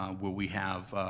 um where we have